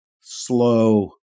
slow